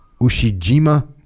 Ushijima